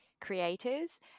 creators